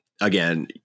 again